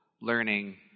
learning